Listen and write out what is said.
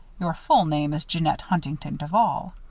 your full name is jeannette huntington duval.